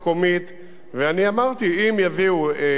ואני אמרתי, אם יביאו כביש למצב